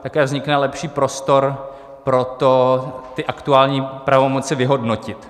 Také vznikne lepší prostor pro to, ty aktuální pravomoci vyhodnotit.